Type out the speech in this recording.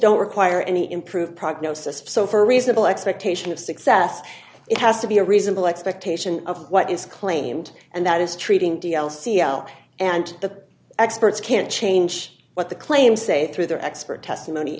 don't require any improved prognosis so for reasonable expectation of success it has to be a reasonable expectation of what is claimed and that is treating d l c out and the experts can't change what the claim say through their expert testimony